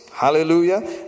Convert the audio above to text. Hallelujah